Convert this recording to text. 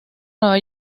nueva